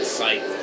sight